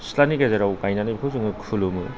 सिथ्लानि गेजेराव गायनानै बेखौ जोङो खुलुमो